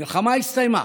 המלחמה הסתיימה,